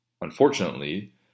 unfortunately